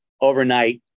overnight